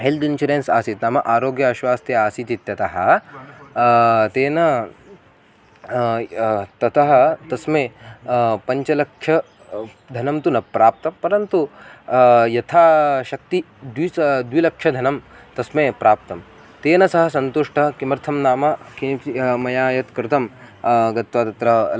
health insurance आसीत् नाम आरोग्य आश्वास्तिः आसीत् इत्यतः तेन ततः तस्मै पञ्च लक्षं धनं तु न प्राप्तं परन्तु यथाशक्ति द्विसा द्विलक्षधनं तस्मै प्राप्तं तेन सः सन्तुष्टः किमर्थं नाम किञ्चित् मया यत् कृतं गत्वा तत्र